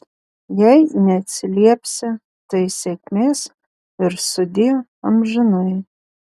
jei neatsiliepsi tai sėkmės ir sudie amžinai